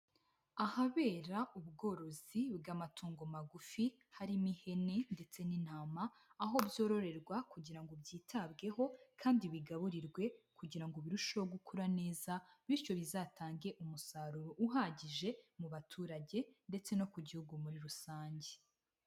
Ahabera ubworozi bw'amatungo magufi, harimo ihene ndetse n'intama, aho byororerwa kugira ngo byitabweho kandi bigaburirwe kugira ngo birusheho gukura neza, bityo bizatange umusaruro uhagije mu baturage ndetse no ku gihugu muri rusange.